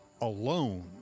alone